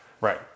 Right